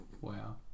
Wow